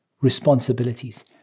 responsibilities